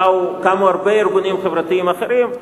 קמו הרבה ארגונים חברתיים אחרים,